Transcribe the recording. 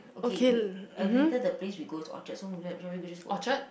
okay we uh later the place we go is Orchard so shall shall we just go Orchard